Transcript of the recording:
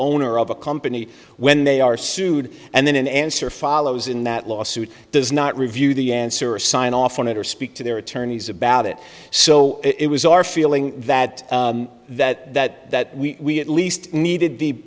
owner of a company when they are sued and then an answer follows in that lawsuit does not review the answer sign off on it or speak to their attorneys about it so it was our feeling that that that that we least needed the